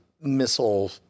missile